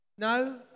No